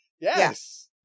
Yes